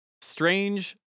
Strange